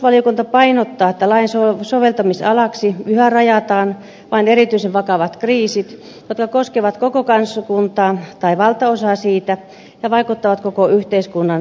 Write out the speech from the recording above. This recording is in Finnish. puolustusvaliokunta painottaa että lain soveltamisalaksi yhä rajataan vain erityisen vakavat kriisit jotka koskevat koko kansakuntaa tai valtaosaa siitä ja vaikuttavat koko yhteiskunnan toimintaan